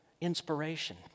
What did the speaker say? inspiration